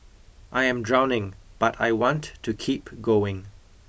I am drowning but I want to keep going